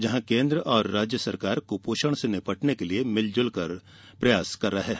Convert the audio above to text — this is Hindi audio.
जहां केन्द्र और राज्य सरकार कुपोषण से निपटने के लिए मिलजुलकर प्रयास कर रहे हैं